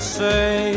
say